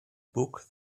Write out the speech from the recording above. book